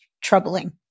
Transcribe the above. troubling